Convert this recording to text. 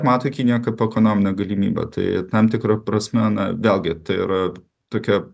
mato kiniją kad ekonominę galimybę tai tam tikra prasme na vėlgi tai yra tokia